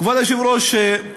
כבוד היושב-ראש,